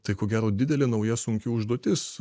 tai ko gero didelė nauja sunki užduotis